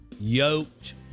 yoked